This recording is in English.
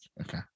Okay